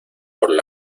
por